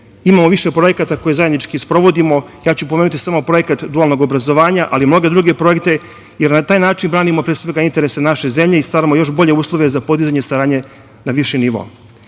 Imamo više projekata koje zajednički sprovodimo. Ja ću ponoviti samo projekat dualnog obrazovanja, ali i mnoge druge projekte, jer na taj način branimo pre svega interese naše zemlje i stvaramo još bolje uslove za podizanje saradnje na viši